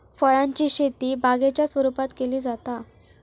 फळांची शेती बागेच्या स्वरुपात केली जाता